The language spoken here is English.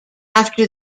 after